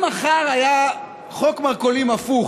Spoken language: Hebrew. אם מחר יהיה חוק מרכולים הפוך,